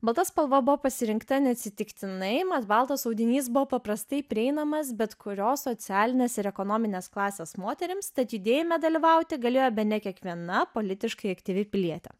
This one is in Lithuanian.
balta spalva buvo pasirinkta neatsitiktinai mat baltas audinys buvo paprastai prieinamas bet kurios socialinės ir ekonominės klasės moterims tad judėjime dalyvauti galėjo bene kiekviena politiškai aktyvi pilietė